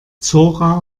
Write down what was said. zora